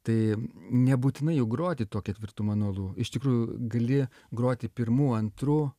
tai nebūtinai jų groti tuo ketvirtu manuolu iš tikrųjų dali groti pirmu antru